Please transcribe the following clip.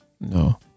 no